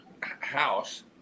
house